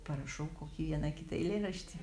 parašau kokį vieną kitą eilėraštį